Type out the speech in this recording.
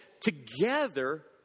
together